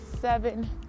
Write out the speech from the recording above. seven